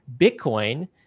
Bitcoin